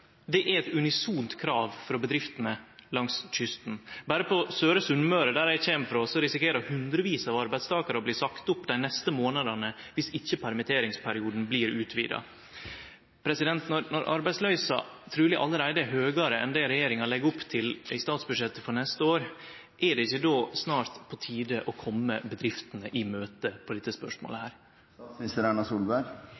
er eit unisont krav frå bedriftene langs kysten. Berre på søre Sunnmøre, der eg kjem frå, risikerer hundrevis av arbeidstakarar å bli sagde opp dei neste månadene dersom ikkje permitteringsperioden blir utvida. Når arbeidsløysa truleg allereie er høgare enn det regjeringa legg opp til i statsbudsjettet for neste år, er det ikkje då snart på tide å kome bedriftene i møte i dette spørsmålet?